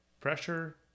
pressure